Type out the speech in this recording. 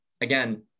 again